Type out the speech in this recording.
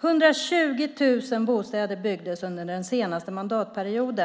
120 000 bostäder byggdes under den senaste mandatperioden.